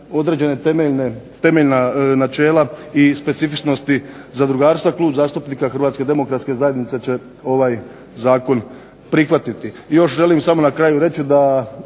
određena temeljna načela i specifičnosti zadrugarstva. Klub zastupnika Hrvatske demokratske zajednice će ovaj zakon prihvatiti. Još želim samo na kraju reći da